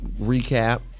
recap